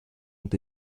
ont